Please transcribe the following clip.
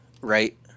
right